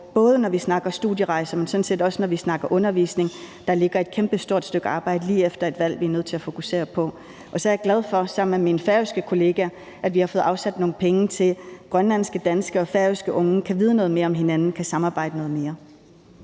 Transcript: både, når vi snakker om studierejser, men sådan set også, når vi snakker om undervisning – at der ligger et kæmpestort stykke arbejde lige efter et valg, som vi er nødt til at fokusere på. Og så er jeg glad for, at vi sammen med min færøske kollega har fået afsat nogle penge til, at grønlandske, danske og færøske unge kan få noget mere viden om hinanden og kan samarbejde noget mere.